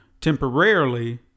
temporarily